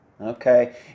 Okay